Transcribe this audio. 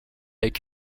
avec